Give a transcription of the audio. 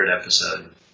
episode